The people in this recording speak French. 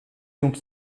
donc